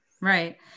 Right